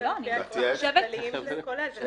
לדעתי זה כולל.